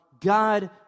God